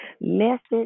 message